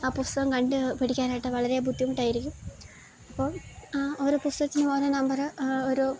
ആ പുസ്തകം കണ്ടുപിടിക്കാനായിട്ട് വളരെ ബുദ്ധിമുട്ടായിരിക്കും അപ്പം ഓരോ പുസ്തകത്തിനും ഓരോ നമ്പര് ഒരോ